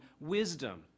wisdom